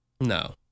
no